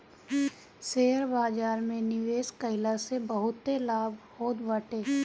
share बाजार में निवेश कईला से बहुते लाभ होत बाटे